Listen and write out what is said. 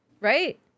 right